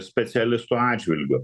specialistų atžvilgiu